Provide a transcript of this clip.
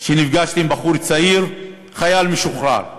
שנפגשתי עם בחור צעיר, חייל משוחרר,